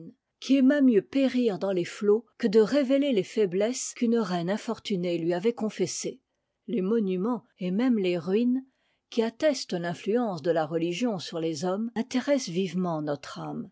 qui aima mieux périr dans les flots que de révéler les faiblesses qu'une reine infortunée lui avait confessées les monuments et même les ruines qui attestent l'influence de la religion sur les hommes intéressent vivement notre âme